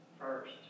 first